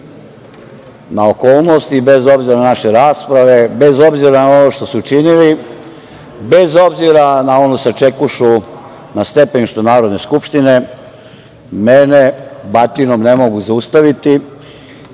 na okolnosti i bez obzira na naše rasprave, bez obzira na ono što su činili, bez obzira na onu sačekušu na stepeništu Narodne skupštine, mene batinom ne mogu zaustaviti.